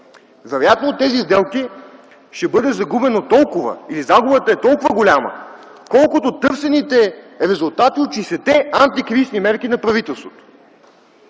вероятно от тези сделки ще бъде загубено толкова и загубата е толкова голяма, колкото търсените резултати от 60 те антикризисни мерки на правителството